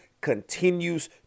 continues